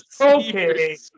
Okay